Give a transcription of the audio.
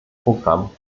programm